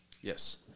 Yes